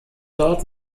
dort